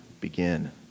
begin